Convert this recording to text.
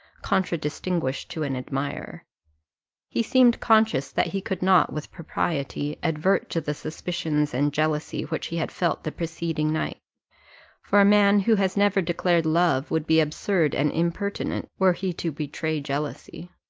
contradistinguished to an admirer he seemed conscious that he could not, with propriety, advert to the suspicions and jealousy which he had felt the preceding night for a man who has never declared love would be absurd and impertinent, were he to betray jealousy.